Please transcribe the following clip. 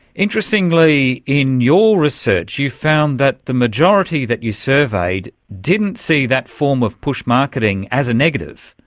interestingly, in your research you found that the majority that you surveyed didn't see that form of push marketing as a negative,